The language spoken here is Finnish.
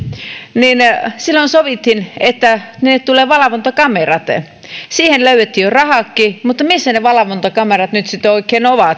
silloin sovittiin että tulee valvontakamerat siihen löydettiin jo rahatkin mutta missä ne valvontakamerat nyt sitten oikein ovat